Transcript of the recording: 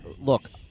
Look